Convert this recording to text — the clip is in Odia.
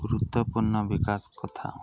ଗୁରୁତ୍ୱପୂର୍ଣ୍ଣ ବିକାଶ କଥା